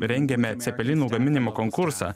rengėme cepelinų gaminimo konkursą